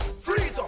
Freedom